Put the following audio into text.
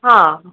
हा